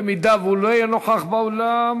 אם הוא לא יהיה נוכח באולם,